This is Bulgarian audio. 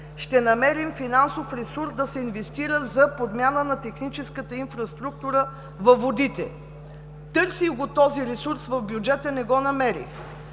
до 10 хиляди, в който да се инвестира за подмяна на техническата инфраструктура във водите.“ Търсех го този ресурс в бюджета – не го намерих.